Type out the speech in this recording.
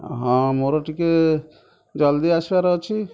ହଁ ମୋର ଟିକେ ଜଲ୍ଦି ଆସିବାର ଅଛି